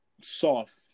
soft